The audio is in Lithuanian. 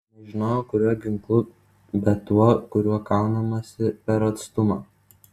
nežinojau kuriuo ginklu bet tuo kuriuo kaunamasi per atstumą